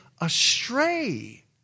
astray